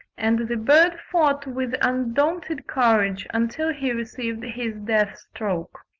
and the bird fought with undaunted courage until he received his death-stroke.